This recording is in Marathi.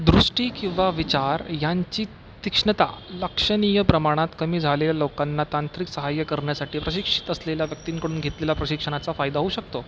दृष्टी किंवा विचार यांची तीक्ष्णता लक्षणीय प्रमाणात कमी झालेल्या लोकांना तांत्रिक साहाय्य करण्यासाठी प्रशिक्षित असलेल्या व्यक्तींकडून घेतलेल्या प्रशिक्षणाचा फायदा होऊ शकतो